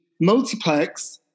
multiplex